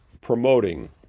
promoting